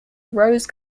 rose